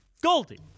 Goldie